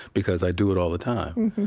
because i do it all the time.